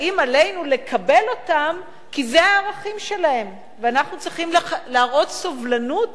האם עלינו לקבל אותם כי זה הערכים שלהם ואנחנו צריכים להראות סובלנות